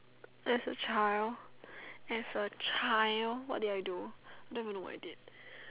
as a child as a child what did I do don't even know what is it